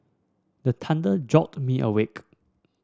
the thunder jolt me awake